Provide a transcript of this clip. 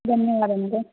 ధన్యవాదములు